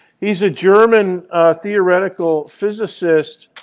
he's a german theoretical physicist.